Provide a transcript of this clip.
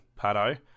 Pato